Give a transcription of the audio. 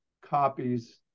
copies